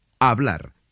Hablar